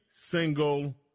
single